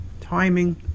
timing